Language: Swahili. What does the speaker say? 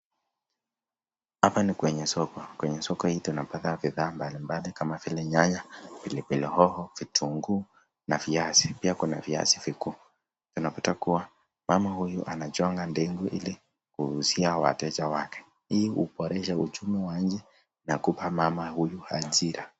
Hapa ni kwenye soko, kwenye soko hii tunapata bidhaa mbalimbali kama vile nyanya, pilipili hoho, vitunguu na viazi, pia kuna viazi vikuu. Unapata kuwa mama huyu anachonga ndengu ili kuuzia wateja wake. Hii huboresha uchumi wa nje na kupa mama huyu ajira.